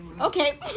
Okay